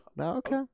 Okay